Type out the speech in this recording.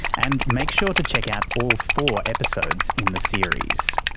and make sure to check out all four episodes in the series